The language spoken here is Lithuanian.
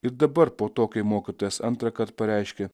ir dabar po to kai mokytojas antrąkart pareiškė